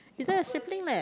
you don't have sibling leh